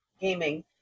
gaming